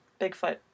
Bigfoot